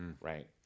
right